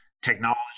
technology